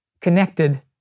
connected